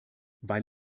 weil